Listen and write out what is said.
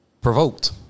provoked